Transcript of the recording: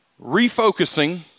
refocusing